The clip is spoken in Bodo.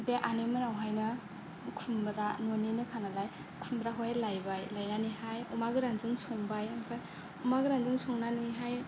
बे आनै मोननाव हायनो खुमब्रा न'निनोखा नालाय खुमब्राखौ हाय लायबाय लायनानैहाय अमा गोरानजों संबाय ओमफ्राय अमा गोरानजों संनानैहाय